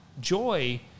joy